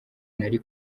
nari